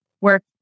work